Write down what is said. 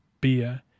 beer